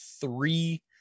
three